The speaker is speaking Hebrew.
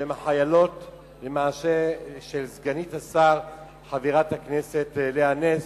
שהן החיילות של סגנית השר חברת הכנסת לאה נס,